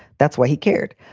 that's what he cared.